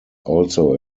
also